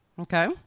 Okay